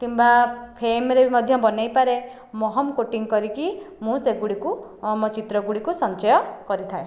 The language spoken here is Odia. କିମ୍ବା ଫେମରେ ବି ମଧ୍ୟ ବନାଇ ପାରେ ମହମ କୋଟିଂ କରିକି ମୁଁ ସେଗୁଡ଼ିକୁ ମୋ ଚିତ୍ରଗୁଡ଼ିକୁ ସଞ୍ଚୟ କରିଥାଏ